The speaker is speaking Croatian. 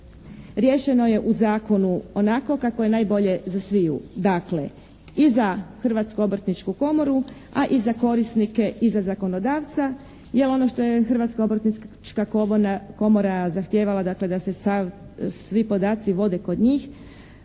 riješeno je u zakonu onako kako je najbolje za sviju. Dakle i za Hrvatsku obrtničku komoru, a i za korisnike i za zakonodavca jer ono što je Hrvatska obrtnička komora zahtijevala dakle da se sav, svi podaci vode kod njih.